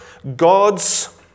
God's